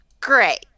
Great